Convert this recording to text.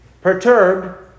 perturbed